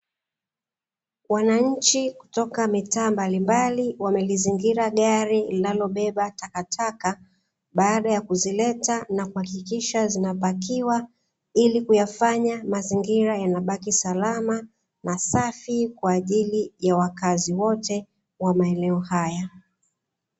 Wananchi kutoka mitaa mbalimbali wameizingira gari iliyobeba takataka, baada ya kuzileta na kuhakikisha zinapakiwa ili kuyafanya mazingira yabaki salama, masafi kwajili ya wakazi wote wa maeneo haya.